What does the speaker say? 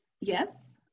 yes